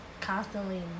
constantly